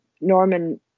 Norman